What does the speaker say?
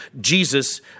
Jesus